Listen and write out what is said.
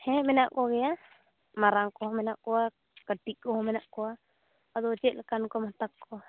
ᱦᱮᱸ ᱢᱮᱱᱟᱜ ᱠᱚᱜᱮᱭᱟ ᱢᱟᱨᱟᱝ ᱠᱚᱦᱚᱸ ᱢᱮᱱᱟᱜ ᱠᱚᱣᱟ ᱠᱟᱹᱴᱤᱡ ᱠᱚᱦᱚᱸ ᱢᱮᱱᱟᱜ ᱠᱚᱣᱟ ᱟᱫᱚ ᱪᱮᱫ ᱞᱮᱠᱟᱱ ᱠᱚᱢ ᱦᱟᱛᱟᱣ ᱠᱚᱣᱟ